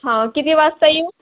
हां किती वाजता येऊ